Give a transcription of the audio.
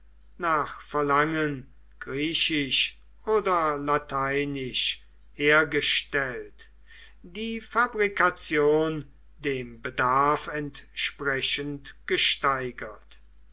nach verlangen griechisch oder lateinisch hergestellt die fabrikation dem bedarf entsprechend gesteigert